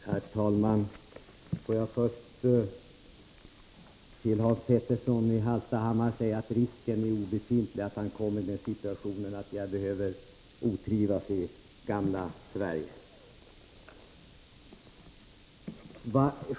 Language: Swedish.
Herr talman! Låt mig först säga till Hans Petersson i Hallstahammar att risken är obefintlig att han kommer i den situationen att jag behöver otrivas i gamla Sverige.